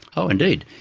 oh indeed.